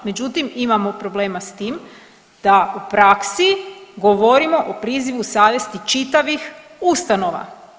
Međutim, imamo problema s tim da u praksi govorimo o prizivu savjesti čitavih ustanova.